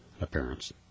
appearance